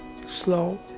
Slow